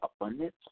abundance